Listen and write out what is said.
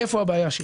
איפה הבעיה שלי.